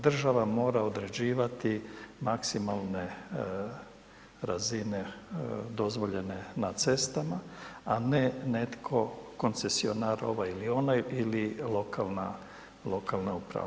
Država mora određivati maksimalne razine dozvoljene na cestama, a ne netko koncesionar ovaj ili onaj ili lokalne uprava.